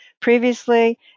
Previously